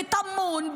בטמון,